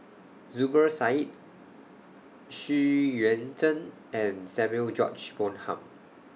Zubir Said Xu Yuan Zhen and Samuel George Bonham